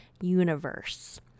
Universe